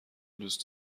دوست